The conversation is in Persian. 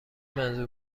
منظور